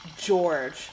George